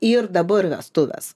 ir dabar vestuves